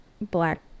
black